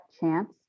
chance